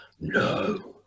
No